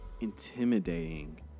intimidating